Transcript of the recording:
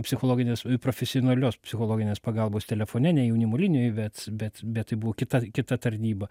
psichologinės profesionalios psichologinės pagalbos telefone ne jaunimo linijoj bet bet bet tai buvo kita kita tarnyba